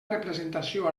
representació